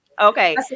okay